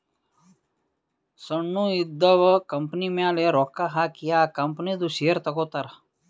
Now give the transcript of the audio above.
ಸಣ್ಣು ಇದ್ದಿವ್ ಕಂಪನಿಮ್ಯಾಲ ರೊಕ್ಕಾ ಹಾಕಿ ಆ ಕಂಪನಿದು ಶೇರ್ ತಗೋತಾರ್